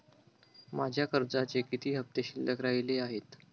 माझ्या कर्जाचे किती हफ्ते शिल्लक राहिले आहेत?